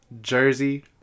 jersey